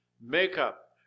makeup